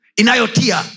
inayotia